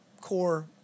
core